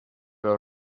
los